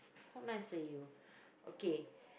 not nice eh you okay